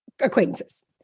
Acquaintances